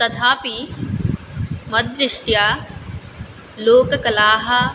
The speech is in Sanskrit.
तथापि मद्दृष्ट्या लोककलाः